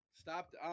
Stop